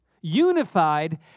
unified